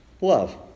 Love